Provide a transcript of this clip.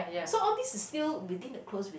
so all these is still within the close vi~